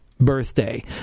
birthday